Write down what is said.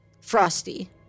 Frosty